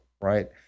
Right